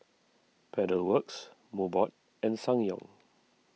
Pedal Works Mobot and Ssangyong